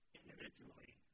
individually